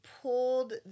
pulled